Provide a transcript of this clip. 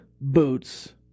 boots